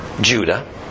Judah